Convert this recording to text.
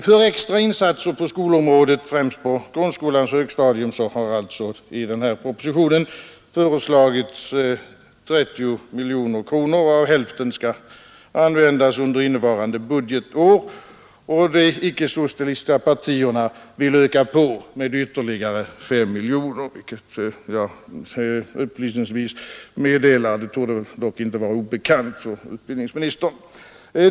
För extra insatser på skolområdet, främst på grundskolans högstadium, har i propositionen föreslagits 30 miljoner kronor, varav hälften skall användas under innevarande budgetår. De icke-socialistiska partierna önskar öka på det beloppet med ytterligare 5 miljoner kronor, vilket jag upplysningsvis vill nämna, även om det inte kan vara obekant för utbildningsministern.